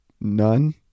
None